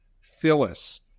Phyllis